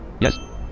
Yes